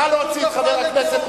לטרוריסטים.